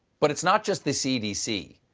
but it's not just the c d c.